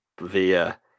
via